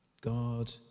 God